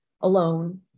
alone